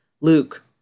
Luke